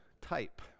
type